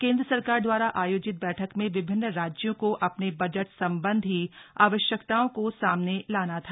केंद्र सरकार द्वारा आयोजित बैठक में विभिन्न राज्यों को अपने बजट सम्बन्धी आवश्यकताओं को सामने लाना था